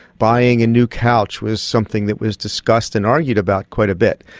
buying a new couch was something that was discussed and argued about quite a bit.